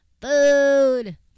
food